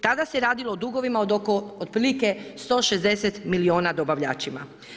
Tada se radilo o dugovima od otprilike 160 milijuna dobavljačima.